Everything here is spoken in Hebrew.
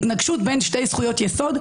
התנגשות בין שתי זכויות יסוד,